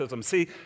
See